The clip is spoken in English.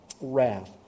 wrath